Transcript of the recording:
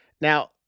Now